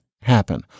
happen